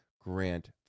grant